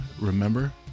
remember